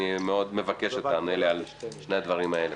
אני מאוד מבקש שתענה לי על שני הדברים האלה.